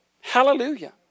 Hallelujah